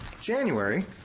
January